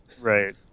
Right